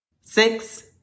Six